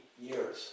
years